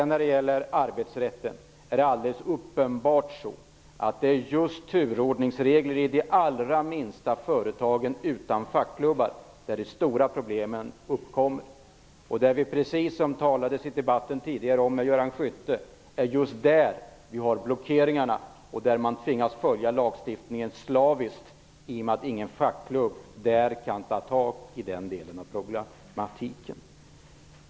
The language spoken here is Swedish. När det gäller arbetsrätten är det alldeles uppenbart så, att det är i samband med turordningsregler i de allra minsta företagen utan fackklubbar som de stora problemen uppkommer. Det talades tidigare i debatten om Göran Skytte. Det är just där som vi har blockeringarna och som man slaviskt tvingas att följa lagstiftningen i och med att ingen fackklubb kan ta tag i den delen av problematiken.